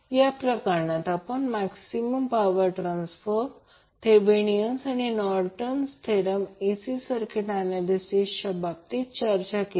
या प्रकरणात आपण मैक्सिमम पावर ट्रान्सफर थेवेनीण आणि नोर्टन थेरम AC सर्किट ऍनॅलिसिसच्या बाबतीत चर्चा केले